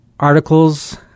Articles